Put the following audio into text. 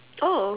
oh